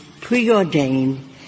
preordained